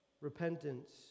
Repentance